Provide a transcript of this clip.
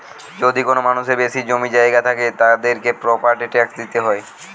যদি কোনো মানুষের বেশি জমি জায়গা থাকে, তাদেরকে প্রপার্টি ট্যাক্স দিইতে হয়